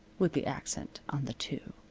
with the accent on the to.